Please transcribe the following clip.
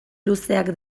luzeak